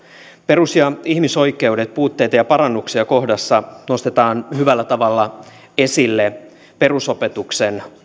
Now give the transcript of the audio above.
perus ja ihmisoikeudet puutteita ja parannuksia kohdassa nostetaan hyvällä tavalla esille perusopetuksen